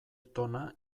tona